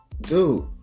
Dude